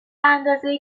اندازه